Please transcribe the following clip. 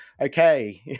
okay